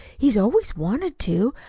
he's always wanted to.